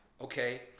okay